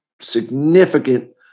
significant